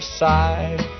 side